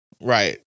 Right